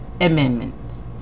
amendments